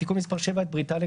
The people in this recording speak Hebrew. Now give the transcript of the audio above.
ותיקון מס' 7 את: בריטניה,